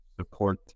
support